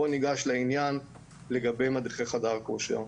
בואו ניגש לעניין לגבי מדריכי חדר כושר.